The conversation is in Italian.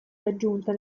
raggiunta